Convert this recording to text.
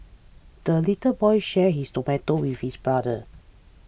the little boy shared his tomato with his brother